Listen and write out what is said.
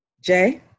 Jay